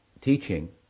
teaching